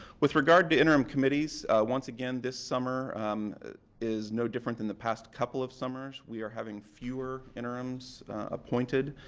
with regard to interim committees, once again this summer is no different than the past couple of summers. we are having fewer interims appointed.